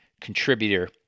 contributor